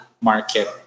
market